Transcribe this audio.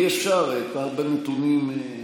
יש הרבה נתונים.